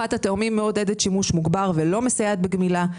הוספת הטעמים מעודדת שימוש מוגבר ולא מסייעת בגמילה.